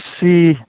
see